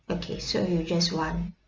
okay so you just want